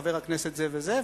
חבר הכנסת זה וזה,